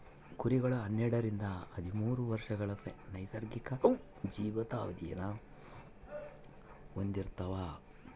ಕುರಿಗಳು ಹನ್ನೆರಡರಿಂದ ಹದಿಮೂರು ವರ್ಷಗಳ ನೈಸರ್ಗಿಕ ಜೀವಿತಾವಧಿನ ಹೊಂದಿರ್ತವ